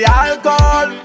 alcohol